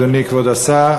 אדוני כבוד השר,